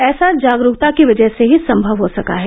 ऐसा जागरूकता की वजह से ही समय हो सका है